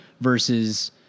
versus